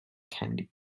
candy